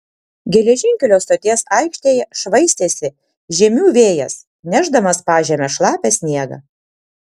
geležinkelio stoties aikštėje švaistėsi žiemių vėjas nešdamas pažeme šlapią sniegą